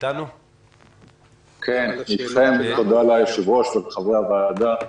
תודה ליושב-ראש ולחברי הוועדה.